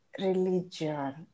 religion